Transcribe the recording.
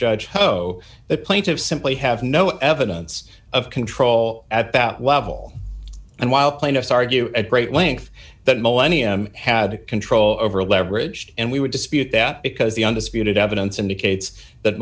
poe the plaintiffs simply have no evidence of control at that level and while the plaintiffs argue at great length that millennium had control over leveraged and we would dispute that because the undisputed evidence indicates that